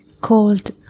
called